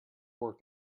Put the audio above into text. work